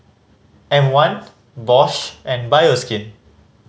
M One Bosch and Bioskin